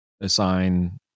assign